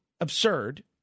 absurd